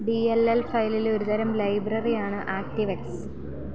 D L L ഫയലിലെ ഒരു തരം ലൈബ്രറിയാണ് ആക്റ്റീവ് എക്സ്